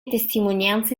testimonianze